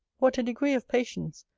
what a degree of patience,